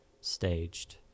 staged